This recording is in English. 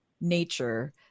nature